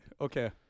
Okay